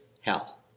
hell